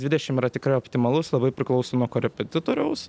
dvidešim yra tikrai optimalus labai priklauso nuo korepetitoriaus